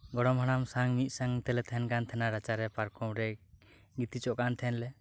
ᱜᱚᱲᱚᱢ ᱦᱟᱲᱟᱢ ᱥᱟᱣ ᱢᱤᱫᱽᱥᱟᱣ ᱛᱮᱞᱮ ᱛᱟᱦᱮᱱ ᱠᱟᱱ ᱛᱟᱦᱮᱱᱟ ᱨᱟᱪᱟᱨᱮ ᱯᱟᱨᱠᱚᱢ ᱨᱮ ᱜᱤᱛᱤᱡᱚᱜ ᱠᱟᱱ ᱛᱟᱦᱮᱱᱟᱞᱮ